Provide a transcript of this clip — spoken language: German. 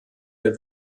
der